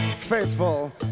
faithful